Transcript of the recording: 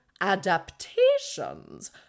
adaptations